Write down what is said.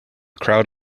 crowd